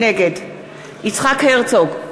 נגד יצחק הרצוג,